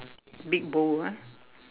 big bowl ah